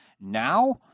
Now